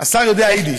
השר יודע יידיש.